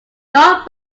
gone